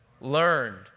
learned